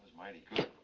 mighty good.